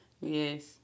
Yes